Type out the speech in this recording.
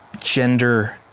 gender